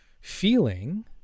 feeling